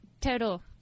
total